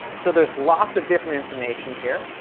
so there's lots of different information here.